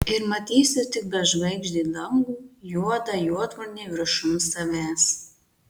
ir matysiu tik bežvaigždį dangų juodą juodvarnį viršum savęs